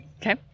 Okay